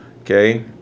Okay